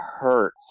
hurt